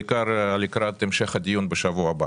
בעיקר לקראת המשך הדיון בשבוע הבא.